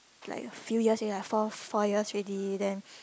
like a few years already lah four four years already then